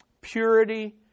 purity